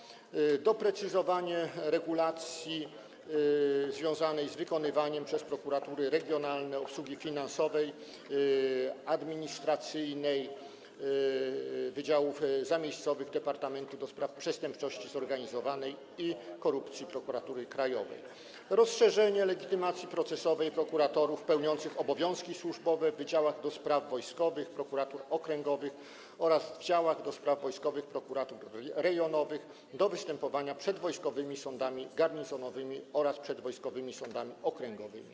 Chodzi także o doprecyzowanie regulacji związanej z wykonywaniem przez prokuratury regionalne obsługi finansowej i administracyjnej wydziałów zamiejscowych Departamentu do Spraw Przestępczości Zorganizowanej i Korupcji Prokuratury Krajowej oraz rozszerzenie legitymacji procesowej prokuratorów pełniących obowiązki służbowe w wydziałach do spraw wojskowych prokuratur okręgowych oraz w działach do spraw wojskowych prokuratur rejonowych do występowania przed wojskowymi sądami garnizonowymi oraz przed wojskowymi sądami okręgowymi.